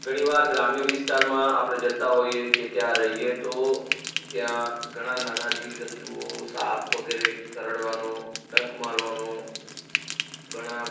ઘણી વાર ગ્રામ્ય વિસ્તારમાં આપણે જતાં હોઈએ કે ત્યાં રહીએ તો ત્યાં ઘણા નાનાં જીવજંતુઓ સાપ વગેરે કરડવાનો ડંખ મારવાનો ઘણા